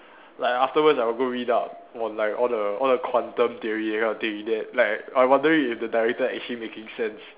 like afterwards I'll go read up on like all the all the quantum theory that kind of thing that like I wondering if the director actually making sense